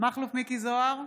מכלוף מיקי זוהר,